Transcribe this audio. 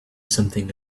something